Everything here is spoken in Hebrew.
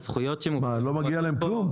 לא מגיע להם כלום?